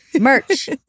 merch